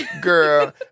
girl